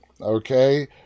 okay